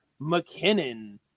McKinnon